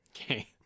Okay